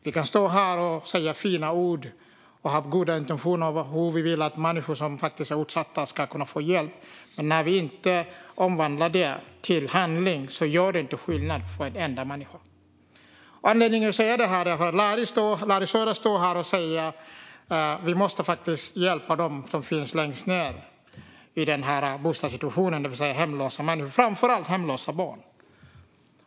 Omvandlar vi inte de fina orden om att utsatta ska få hjälp till handling gör det ingen skillnad för en enda människa. Anledningen till att jag säger detta är att Larry Söder säger att vi måste hjälpa dem som finns längst ned i bostadssituationen och framför allt hemlösa barn.